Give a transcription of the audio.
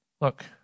look